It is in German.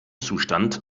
zustand